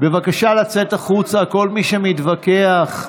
בבקשה לצאת החוצה, כל מי שמתווכח.